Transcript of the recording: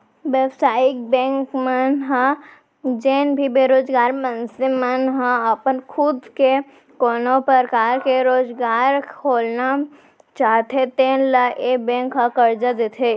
बेवसायिक बेंक मन ह जेन भी बेरोजगार मनसे मन ह अपन खुद के कोनो परकार ले रोजगार खोलना चाहते तेन ल ए बेंक ह करजा देथे